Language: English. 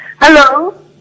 Hello